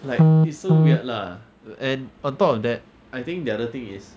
like it's so weird lah and on top of that I think the other thing is